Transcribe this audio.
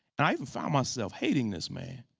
and i even found myself hating this man,